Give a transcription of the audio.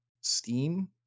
Steam